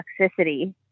toxicity